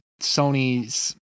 Sony's